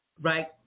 right